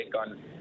on